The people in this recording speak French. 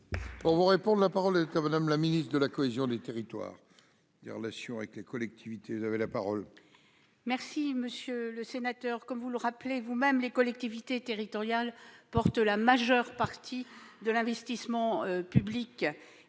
un exécutif local. La parole est à Mme la ministre de la cohésion des territoires et des relations avec les collectivités territoriales. Monsieur le sénateur, comme vous le rappelez vous-même, les collectivités territoriales portent la majeure partie de l'investissement public